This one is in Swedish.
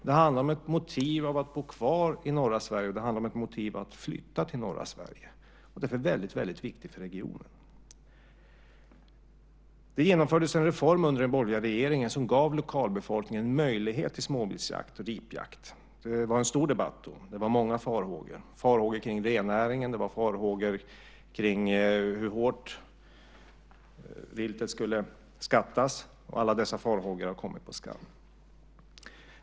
Det handlar om ett motiv för att bo kvar i norra Sverige, och det handlar om ett motiv för att flytta till norra Sverige. Därför är detta viktigt för regionen. Det genomfördes en reform under den borgerliga regeringen som gav lokalbefolkningen möjlighet till småviltsjakt och ripjakt. Det var en stor debatt då. Det var många farhågor - farhågor för rennäringen och för hur hårt viltet skulle skattas. Alla dessa farhågor har kommit på skam.